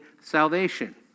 salvation